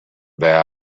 that